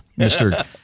Mr